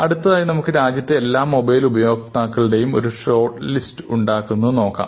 അടുത്തതായി നമുക്ക് രാജ്യത്തെ എല്ലാ മൊബൈൽ ഉപയോക്താക്കളുടേയും ഒരു ഷോർട്ട് ലിസ്റ്റ് ഉണ്ടാക്കുന്നത് നോക്കാം